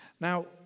now